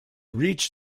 reach